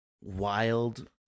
wild